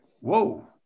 Whoa